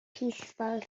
peaceful